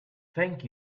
thank